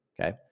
okay